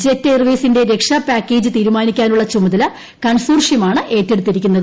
jet എയർവെയ്സിന്റെ രക്ഷാപാക്കേജ് തീരുമാനിക്കാനുള്ള ചുമതല കൺസോർഷ്യമാണ് ഏറ്റെടുത്തിരുന്നത്